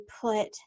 put